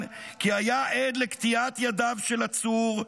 --" גם ---"-- כי היה עד לקטיעת ידיו של עצור,